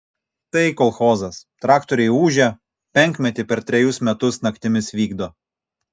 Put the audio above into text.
tai kolchozas traktoriai ūžia penkmetį per trejus metus naktimis vykdo